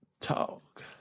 Talk